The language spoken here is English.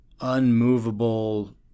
unmovable